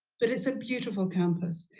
but it's a beautiful campus,